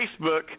Facebook